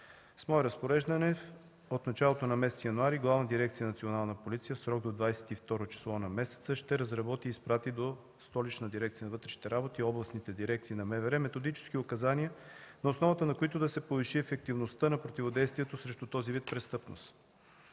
С мое разпореждане от началото на месец януари Главна дирекция „Национална полиция” в срок до 22-ро число на месеца ще разработи и изпрати до Столична дирекция на вътрешните работи и областните дирекции на МВР методически указания, на основата на които да се повиши ефективността на противодействието срещу този вид престъпност.